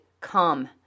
come